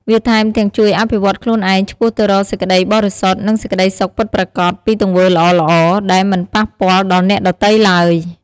វាថែមទាំងជួយអភិវឌ្ឍខ្លួនឯងឆ្ពោះទៅរកសេចក្តីបរិសុទ្ធ និងសេចក្តីសុខពិតប្រាកដ ពីទង្វើល្អៗ ដែលមិនប៉ះពាល់ដល់អ្នកដទៃទ្បើយ។